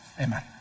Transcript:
Amen